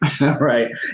Right